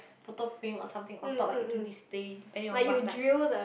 photo frame or something on top like into this space then you are on what like